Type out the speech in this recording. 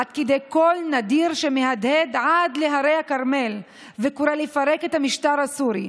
עד כדי קול נדיר שמהדהד עד להרי הכרמל וקורא לפרק את המשטר הסורי,